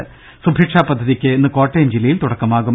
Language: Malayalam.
ദേദ സുഭിക്ഷാപദ്ധതിക്ക് ഇന്ന് കോട്ടയം ജില്ലയിൽ തുടക്കമാകും